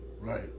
Right